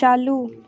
चालू